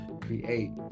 create